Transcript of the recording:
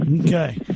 Okay